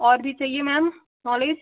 और भी चाहिए मैम